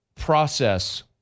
process